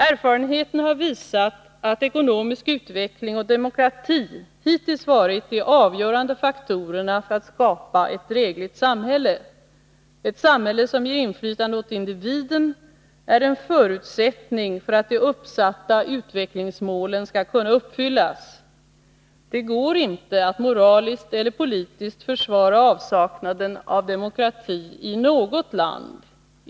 Erfarenheten har visat att ekonomisk utveckling och demokrati hittills varit de avgörande faktorerna för att skapa ett drägligt samhälle. Ett samhälle som ger inflytande åt individen är en förutsättning för att de uppsatta utvecklingsmålen skall kunna uppfyllas. Det går inte att moraliskt eller politiskt försvara avsaknaden av demokrati i något land.